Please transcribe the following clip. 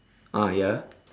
ah ya